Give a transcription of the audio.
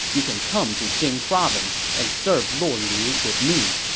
you can come to jing province and serve lord liu with me.